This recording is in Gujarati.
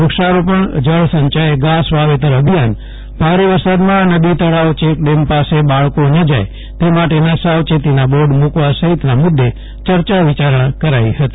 વૃક્ષારોપણ જળસંચય ધાસ વાવેતર અભિયાન ભારે વરસાદમાં નદી તળાવ ચેકડેમ પાસે બાળકો ન જાય તે માટેના સાવચેતીના બોર્ડ મુકવા સહિતના મુદ્દે ચર્ચા વિચારણા કરાઇ ફતી